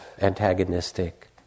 antagonistic